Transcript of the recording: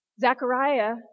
Zechariah